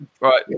Right